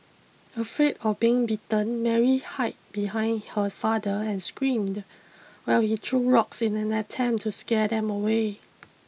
afraid of being bitten Mary hide behind her father and screamed while he threw rocks in an attempt to scare them away